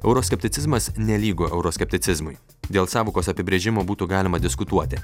euroskepticizmas nelygu euroskepticizmui dėl sąvokos apibrėžimo būtų galima diskutuoti